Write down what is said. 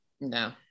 no